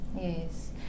yes